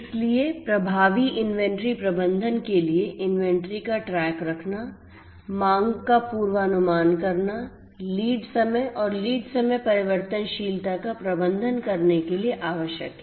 इसलिए प्रभावी इन्वेंट्री प्रबंधन के लिए इन्वेंट्री का ट्रैक रखना मांग का पूर्वानुमान करना लीड समय और लीड समय परिवर्तनशीलता का प्रबंधन करने के लिए आवश्यक है